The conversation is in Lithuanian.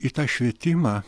į tą švietimą